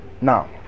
Now